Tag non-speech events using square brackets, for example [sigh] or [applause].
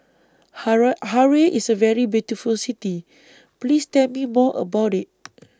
[unintelligible] Harare IS A very beautiful City Please Tell Me More about IT